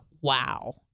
wow